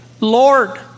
Lord